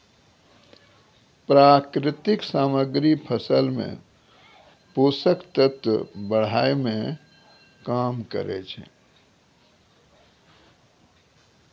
प्राकृतिक सामग्री फसल मे पोषक तत्व बढ़ाय में काम करै छै